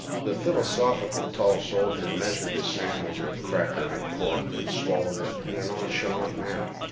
the philosophical tall soldier measured a sandwich of cracker and pork and swallowed it in a nonchalant manner.